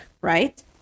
right